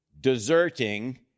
deserting